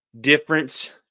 difference